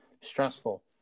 stressful